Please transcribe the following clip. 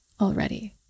already